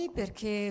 perché